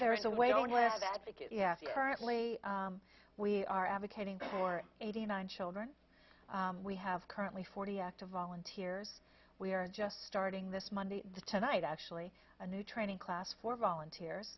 there is a way on web ad we are advocating for eighty nine children we have currently forty active volunteers we are just starting this monday the tonight actually a new training class for volunteers